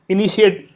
Initiate